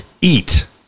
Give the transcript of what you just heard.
Eat